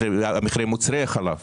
שמחירי מוצרי החלב